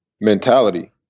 mentality